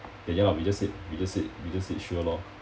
then ya lah we just said we just said we just said sure lor